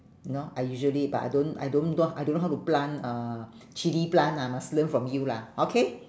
you know I usually but I don't I don't talk I don't know how to plant uh chilli plant lah must learn from you lah okay